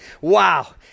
wow